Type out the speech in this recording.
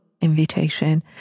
invitation